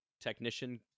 Technician